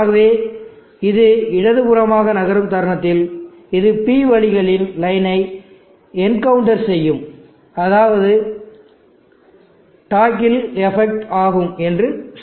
ஆகவே இது இடதுபுறமாக நகரும் தருணத்தில் இது P வழிகளின் லைனை என்கவுண்டர் செய்யும் அதாவது டாக்கில் எபெக்ட் ஆகும் என்று சொல்லலாம்